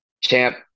Champ